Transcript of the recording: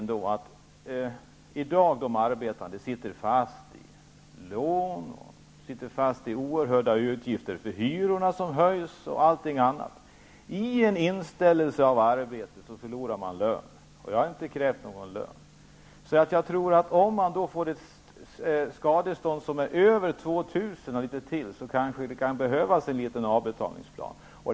I dag sitter de arbetande fast i lån, oerhörda utgifter för hyror som höjs, m.m. Vid en inställelse av arbetet förlorar de lön. Jag har inte krävt någon lön. Om någon döms till skadestånd på över 2 000 kr. kanske en avbetalningsplan kan behövas.